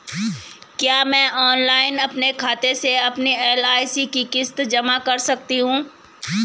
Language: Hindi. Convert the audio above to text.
क्या मैं ऑनलाइन अपने खाते से अपनी एल.आई.सी की किश्त जमा कर सकती हूँ?